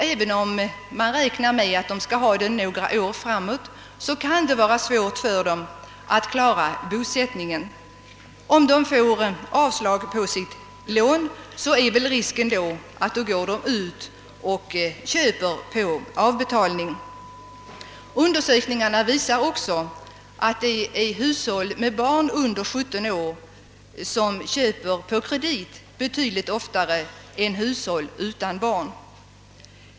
även om man räknar med denna inkomst under några år framåt kan det vara svårt för dem att klara bosättningen. Om de får avslag på sitt lån är risken att de köper på avbetalning. Undersökningarna visar också att hushåll med barn under 17 år köper på kredit betydligt oftare än hushåll utan barn.